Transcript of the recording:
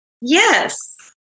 Yes